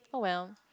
oh well